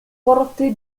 forte